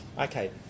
Okay